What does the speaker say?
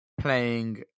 Playing